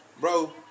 bro